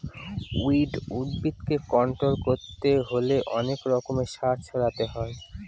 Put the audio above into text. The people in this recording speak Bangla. উইড উদ্ভিদকে কন্ট্রোল করতে হলে অনেক রকমের সার ছড়াতে হয়